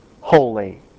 holy